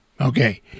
Okay